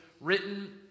written